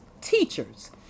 teachers